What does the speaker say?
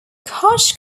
koch